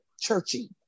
churchy